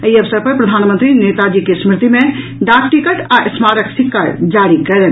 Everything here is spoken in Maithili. एहि अवसर पर प्रधानमंत्री नेताजी के स्मृति मे डाक टिकट आ स्मारक सिक्का जारी कयलनि